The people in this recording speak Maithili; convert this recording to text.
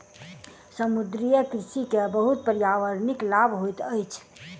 समुद्रीय कृषि के बहुत पर्यावरणिक लाभ होइत अछि